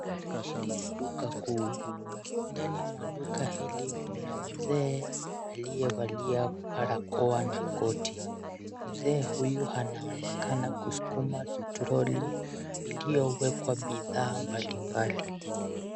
Hili ni duka kuu. Ndani mwa duka hili mna mzee aliyevalia barakoa na koti. Mzee huyu anaonekana kuskuma troli iliyowekwa bidhaa mbalimbali.